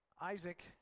Isaac